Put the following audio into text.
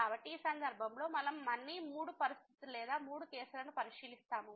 కాబట్టి ఈ సందర్భంలో మనం మళ్ళీ మూడు పరిస్థితులు లేదా మూడు కేసులను పరిశీలిస్తాము